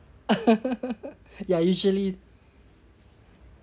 ya usually